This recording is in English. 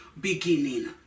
beginning